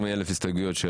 הסתייגויות.